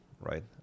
right